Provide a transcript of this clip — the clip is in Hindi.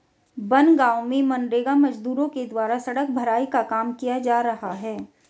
बनगाँव में मनरेगा मजदूरों के द्वारा सड़क भराई का काम किया जा रहा है